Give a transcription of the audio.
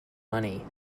money